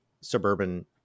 suburban